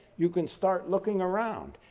you can start looking around,